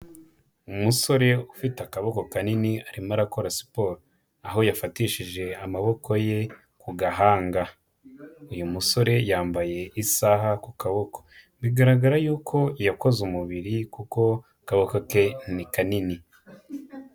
Umusore ufite akaboko kanini arimo arakora siporo aho yafatishije amaboko ye ku gahanga, uyu musore yambaye isaha ku kaboko bigaragara yuko yakoze umubiri kuko akaboko ke ni kanini.